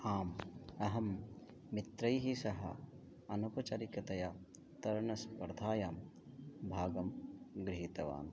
आम् अहं मित्रैः सह अनौपचारिकतया तरणस्पर्धायां भागं गृहीतवान्